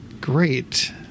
great